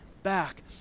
back